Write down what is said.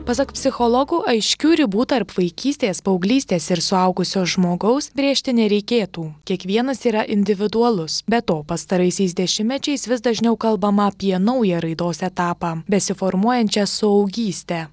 pasak psichologų aiškių ribų tarp vaikystės paauglystės ir suaugusio žmogaus brėžti nereikėtų kiekvienas yra individualus be to pastaraisiais dešimtmečiais vis dažniau kalbama apie naują raidos etapą besiformuojančią suaugystę